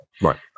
right